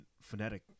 phonetic